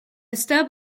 stub